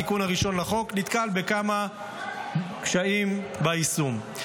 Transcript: התיקון הראשון לחוק נתקל בכמה קשיים ביישום.